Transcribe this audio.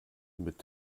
mit